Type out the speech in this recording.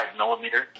millimeter